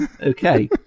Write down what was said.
Okay